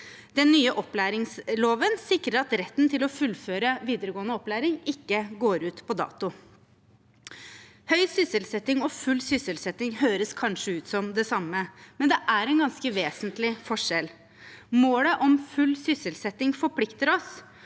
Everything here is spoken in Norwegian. Den nye opplæringsloven sikrer at retten til å fullføre videregående opplæring ikke går ut på dato. Høy sysselsetting og full sysselsetting høres kanskje ut som det samme, men det er en ganske vesentlig forskjell. Målet om full sysselsetting forplikter oss,